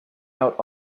out